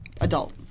adult